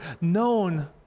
known